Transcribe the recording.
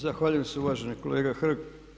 Zahvaljujem se uvaženi kolega Hrg.